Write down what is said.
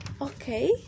Okay